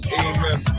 amen